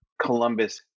Columbus